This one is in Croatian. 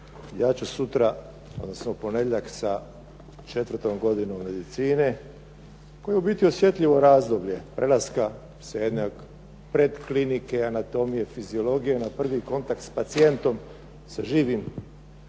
Ja ću sutra, odnosno u ponedjeljak sa četvrtom godinom medicine, koje je u biti osjetljivo razdoblje prelaska sa jednog predklinike, anatomije, fiziologije na prvi kontakt s pacijentom, sa živom